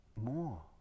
more